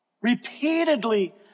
Repeatedly